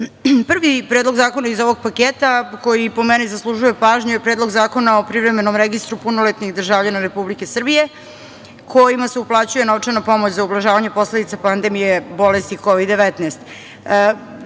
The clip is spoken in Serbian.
bum. Prvi predlog zakona iz ovog paketa koji, po meni, zaslužuje pažnju je Predlog zakona o privremenom registru punoletnih državljana Republike Srbije kojima se uplaćuje novčana pomoć za ublažavanje posledica pandemije bolesti Kovid – 19.